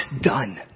done